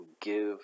give